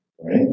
Right